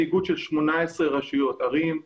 מדובר באיגוד של 18 רשויות - ערים,